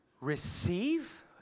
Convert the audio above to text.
receive